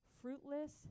fruitless